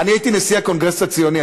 אני הייתי נשיא הקונגרס הציוני,